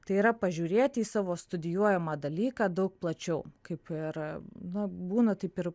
tai yra pažiūrėti į savo studijuojamą dalyką daug plačiau kaip ir na būna taip ir